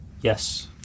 yes